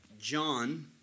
John